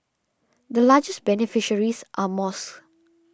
the largest beneficiaries are mosques